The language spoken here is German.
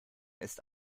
ist